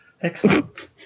excellent